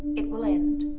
it will end.